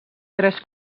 tres